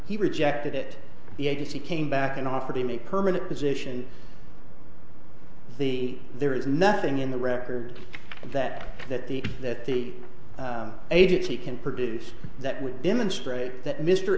he rejected it the agency came back and offered him a permanent position the there is nothing in the record that that the that the agency can produce that would demonstrate